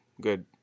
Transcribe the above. good